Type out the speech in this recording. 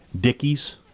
Dickies